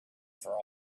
for